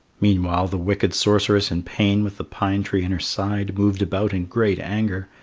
meanwhile, the wicked sorceress in pain with the pine tree in her side moved about in great anger,